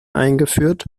eingeführt